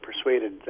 persuaded